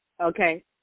Okay